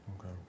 Okay